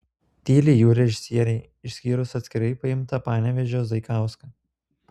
tyli jų režisieriai išskyrus atskirai paimtą panevėžio zaikauską